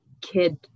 kid